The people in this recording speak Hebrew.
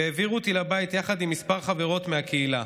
והעבירו אותי לבית יחד עם כמה חברות מהקהילה.